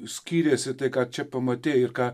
skyrėsi tai ką čia pamatei ir ką